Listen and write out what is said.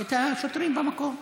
את השוטרים במקום.